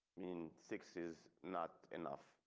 in six, is not enough,